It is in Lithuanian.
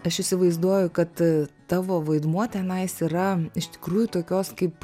aš įsivaizduoju kad tavo vaidmuo tenais yra iš tikrųjų tokios kaip